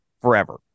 forever